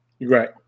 Right